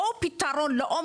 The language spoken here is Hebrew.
בואו נחשוב על פתרון לעומק,